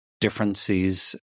differences